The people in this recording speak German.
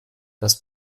das